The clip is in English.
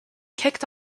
kicked